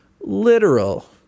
literal